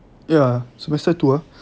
ya semester two ah